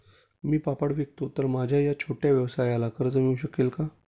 मी पापड विकतो तर माझ्या या छोट्या व्यवसायाला कर्ज मिळू शकेल का?